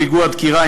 פיגוע דקירה,